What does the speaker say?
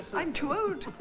i'm too old